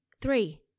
Three